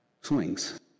swings